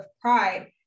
Pride